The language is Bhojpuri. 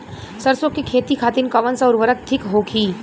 सरसो के खेती खातीन कवन सा उर्वरक थिक होखी?